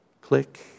click